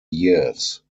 years